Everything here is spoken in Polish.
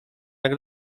jak